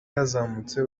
yazamutse